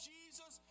Jesus